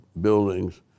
buildings